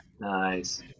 Nice